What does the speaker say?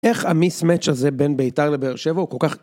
איך ה-מיסמץ' הזה בין בית"ר לבאר שבע הוא כל כך...